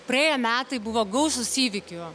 praėję metai buvo gausūs įvykių